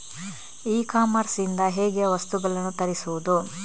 E commerce ಇಂದ ಹೇಗೆ ವಸ್ತುಗಳನ್ನು ತರಿಸುವುದು?